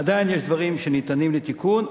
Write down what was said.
עדיין יש דברים שניתנים לתיקון,